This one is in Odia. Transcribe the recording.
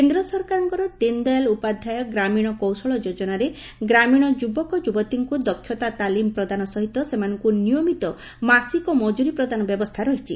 କେନ୍ଦ ସରକାରଙ୍କ ଦୀନଦୟାଲ ଉପାଧ୍ଧାୟ ଗ୍ରାମୀଣ କୌଶଳ ଯୋଜନାରେ ଗ୍ରାମୀଣ ଯୁବକ ଯୁବତୀଙ୍କୁ ଦକ୍ଷତା ତାଲିମ୍ ପ୍ରଦାନ ସହିତ ସେମାନଙ୍କୁ ନିୟମିତ ମାସିକ ମକୁରୀ ପ୍ରଦାନ ବ୍ୟବସ୍ଚା ରହିଛି